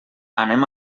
anem